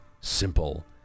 simple